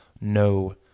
no